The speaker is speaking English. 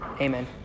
amen